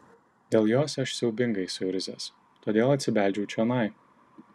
dėl jos aš siaubingai suirzęs todėl atsibeldžiau čionai